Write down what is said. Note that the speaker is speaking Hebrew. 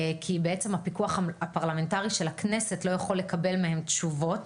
כי בעצם הפיקוח הפרלמנטרי של הכנסת לא יכול לקבל מהם תשובות.